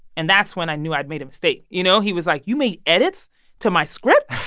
and that's when i knew i'd made a mistake, you know? he was like, you make edits to my script?